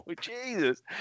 Jesus